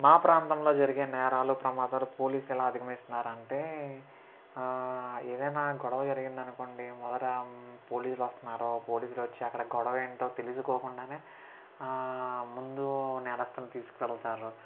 మా ప్రాంతంలో జరిగే నేరాలు ప్రమాదాలు పోలీసులు ఎలా అధిగమిస్తున్నారు అంటే ఏదైనా గొడవ జరిగింది అనుకోండి మొదట పోలీసులు వస్తున్నారు పోలీసులు వచ్చి అక్కడ గొడవ ఏంటో తెలుసుకోకుండానే ముందు నేరస్తుల్ని తీసుకువెళతారు